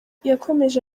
yakomeje